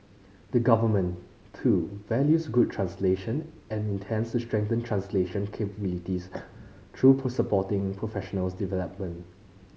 the government too values good translation and intends to strengthen translation capabilities through supporting professional development